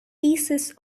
pieces